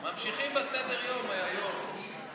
ממשיכים בסדר-היום, היו"ר.